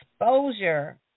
exposure